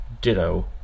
Ditto